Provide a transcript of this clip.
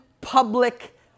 public